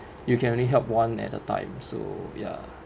you can only help one at a time so ya